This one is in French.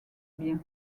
bien